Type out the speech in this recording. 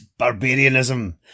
barbarianism